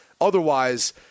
Otherwise